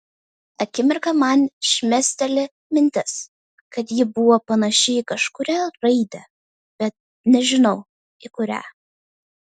akimirką man šmėsteli mintis kad ji buvo panaši į kažkurią raidę bet nežinau į kurią